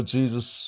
Jesus